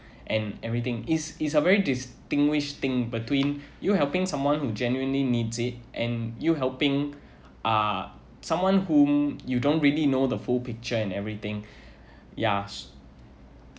and everything is is a very distinguished thing between you helping someone who genuinely needs it and you helping uh someone whom you don't really know the full picture and everything ya